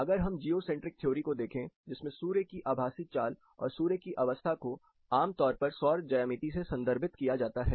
अगर हम geocentric theory को देखें जिसमें सूर्य की आभासी चाल और सूर्य की अवस्था को आमतौर पर सौर ज्यामिति से संदर्भित किया जाता है